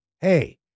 hey